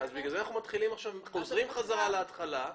לכן אנחנו חוזרים להתחלה.